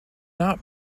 not